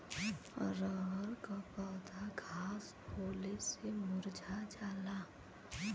रहर क पौधा घास होले से मूरझा जाला